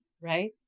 right